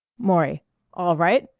maury all right.